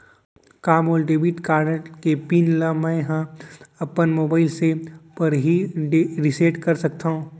का मोर debit card के पिन ल मैं ह अपन मोबाइल से पड़ही रिसेट कर सकत हो?